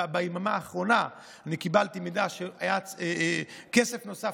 ביממה האחרונה קיבלתי מידע על כסף נוסף,